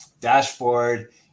dashboard